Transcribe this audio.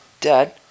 Dad